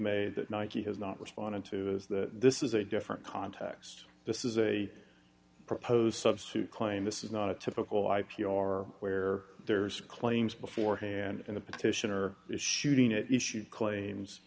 made that nike has not responded to is that this is a different context this is a proposed substitute claim this is not a typical i p r where there is claims beforehand and a petitioner is shooting at issue claims